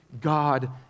God